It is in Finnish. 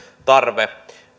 tarve